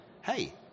hey